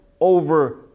over